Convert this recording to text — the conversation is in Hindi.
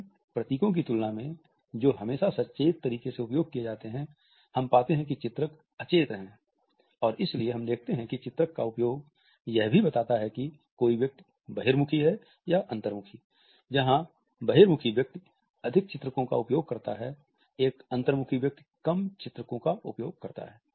उन प्रतीकों की तुलना में जो हमेशा सचेत तरीके से उपयोग किए जाते हैं हम पाते हैं कि चित्रक अचेत हैं और इसीलिए हम देखते हैं कि चित्रक का उपयोग यह भी बताता है कि कोई व्यक्ति बहिर्मुखी है या अंतर्मुखी जहाँ बहिर्मुखी व्यक्ति अधिक चित्रको का उपयोग करता है एक अंतर्मुखी व्यक्ति कम चित्रको का उपयोग करता है